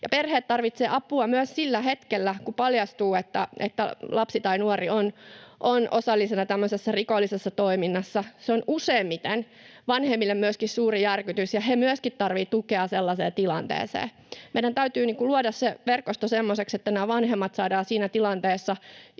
Perheet tarvitsevat apua myös sillä hetkellä, kun paljastuu, että lapsi tai nuori on osallisena tämmöisessä rikollisessa toiminnassa. Se on useimmiten vanhemmille suuri järkytys, ja he myöskin tarvitsevat tukea sellaiseen tilanteeseen. Meidän täytyy luoda se verkosto semmoiseksi, että vanhemmat, jos he vain ovat